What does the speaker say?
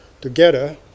together